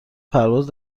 پرواز